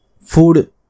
food